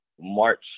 March